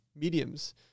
mediums